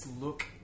look